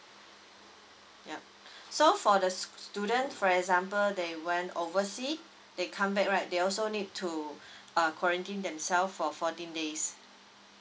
yup so for the student for example they went oversea they come back right they also need to err quarantine themselves for fourteen days